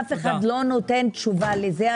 אף אחד לא נותן תשובה לזה.